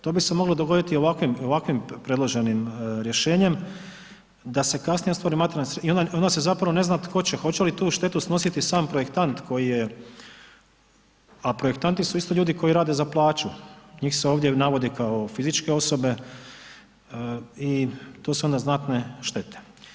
To bi se moglo dogoditi i ovakvim predloženim rješenjem da se kasnije ostvari materijalna i onda se zapravo ne zna tko će, hoće li tu štetu snositi sam projektant koji je a projektanti su isto ljudi koji rade za plaću, njih se ovdje navodi kao fizičke osobe i to su onda znatne štete.